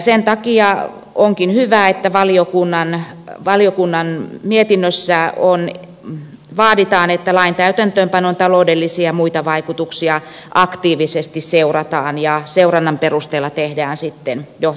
sen takia onkin hyvä että valiokunnan mietinnössä vaaditaan että lain täytäntöönpanon taloudellisia ja muita vaikutuksia aktiivisesti seurataan ja seurannan perusteella tehdään sitten johtopäätökset